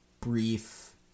brief